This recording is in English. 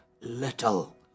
little